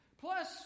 Plus